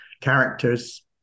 characters